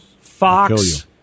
Fox